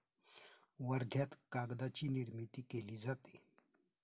वर्ध्यात कागदाची निर्मिती केली जाते